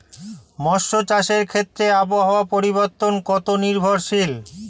মৎস্য চাষের ক্ষেত্রে আবহাওয়া পরিবর্তন কত নির্ভরশীল?